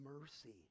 mercy